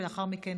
ולאחר מכן,